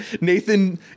nathan